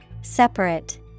Separate